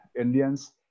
Indians